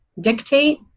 dictate